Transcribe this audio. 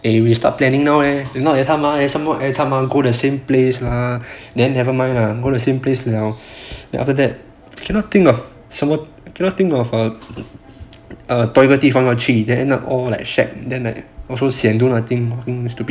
eh we have to start planning now leh if not every time ah end up going the same place ah then never mind lah go the same place then after that I cannot think of some more cannot think of a 同一个地方要去 then end up all like shag and sian then I also do nothing